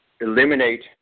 eliminate